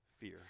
fear